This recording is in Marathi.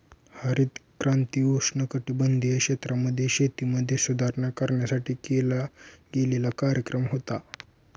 हरित क्रांती उष्णकटिबंधीय क्षेत्रांमध्ये, शेतीमध्ये सुधारणा करण्यासाठी केला गेलेला कार्यक्रम होता